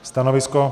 Stanovisko?